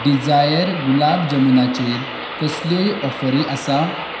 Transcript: Dzire गुलाब जमुनाचेर कसल्योय ऑफरी आसात